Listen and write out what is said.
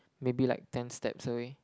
maybe like ten steps away